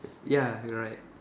ya you're right